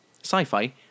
sci-fi